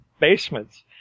basements